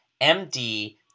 MD